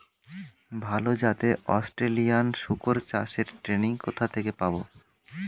ভালো জাতে অস্ট্রেলিয়ান শুকর চাষের ট্রেনিং কোথা থেকে পাব?